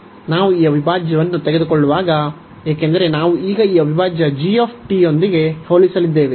ನಾವು ಈ ಅವಿಭಾಜ್ಯವನ್ನು ತೆಗೆದುಕೊಳ್ಳುವಾಗ ಏಕೆಂದರೆ ನಾವು ಈಗ ಈ ಅವಿಭಾಜ್ಯ g ಯೊಂದಿಗೆ ಹೋಲಿಸಲಿದ್ದೇವೆ